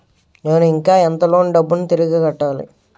నేను ఇంకా ఎంత లోన్ డబ్బును తిరిగి కట్టాలి?